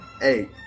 Hey